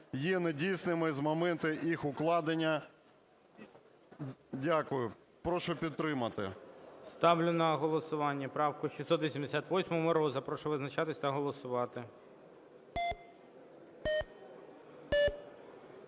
є недійсними з моменту їх укладення". Дякую. Прошу підтримати. ГОЛОВУЮЧИЙ. Ставлю на голосування правку 688-у Мороза. Прошу визначатись та голосувати.